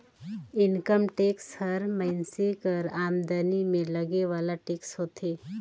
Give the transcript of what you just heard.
income tax हर मइनसे कर आमदनी में लगे वाला टेक्स होथे